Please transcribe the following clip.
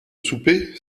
souper